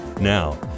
Now